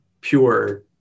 pure